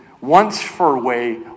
once-for-way